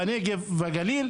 בנגב ובגליל,